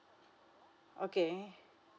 okay